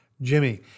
Jimmy